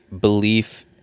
belief